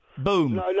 Boom